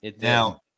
Now